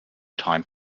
time